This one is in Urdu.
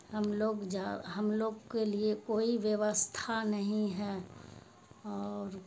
ہم لوگ ہم لوگ کے لیے کوئی ویوستھا نہیں ہے اور